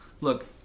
look